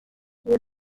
les